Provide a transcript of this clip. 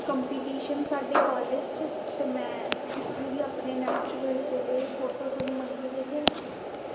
competition साड्डे college च ते में उत्थें बी अपने नेचुरल फोटोज़ जेह्ड़े उ'नें मंगे दे हे